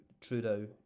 Trudeau